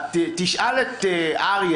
תשאל את אריה.